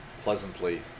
pleasantly